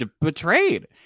betrayed